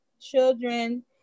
children